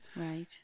Right